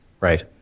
Right